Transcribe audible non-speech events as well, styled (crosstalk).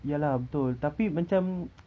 ya lah betul tapi macam (noise)